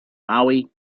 maui